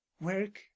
work